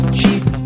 cheap